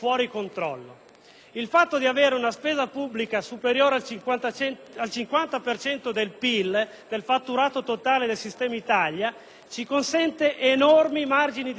Il fatto di avere una spesa pubblica superiore al 50 per cento del PIL, cioè del fatturato totale del sistema Italia, ci consente enormi margini di miglioramento.